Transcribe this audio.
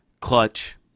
clutch